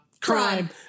crime